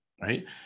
right